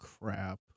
crap